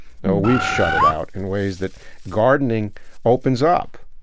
we've shut it out in ways that gardening opens up.